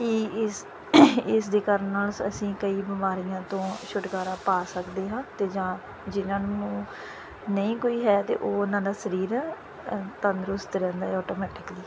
ਕਿ ਇਸ ਇਸ ਦੇ ਕਰਨ ਨਾਲ ਅਸੀਂ ਕਈ ਬਿਮਾਰੀਆਂ ਤੋਂ ਛੁਟਕਾਰਾ ਪਾ ਸਕਦੇ ਹਾਂ ਅਤੇ ਜਾਂ ਜਿਹਨਾਂ ਨੂੰ ਨਹੀਂ ਕੋਈ ਹੈ ਤਾਂ ਉਹ ਉਹਨਾਂ ਦਾ ਸਰੀਰ ਅ ਤੰਦਰੁਸਤ ਰਹਿੰਦਾ ਹੈ ਆਟੋਮੈਟਿਕਲੀ